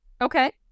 okay